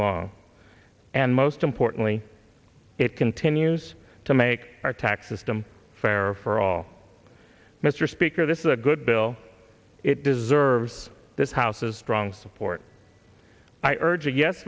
long and most importantly it continues to make our tax system fairer for all mr speaker this is a good bill it deserves this house's strong support i urge a yes